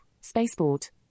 spaceport